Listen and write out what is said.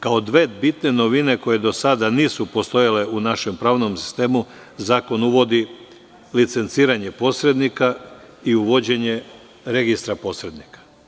Kao dve bitne novine koje do sada nisu postojale u našem pravnom sistemu, zakon uvodi licenciranje posrednika i uvođenje registra posrednika.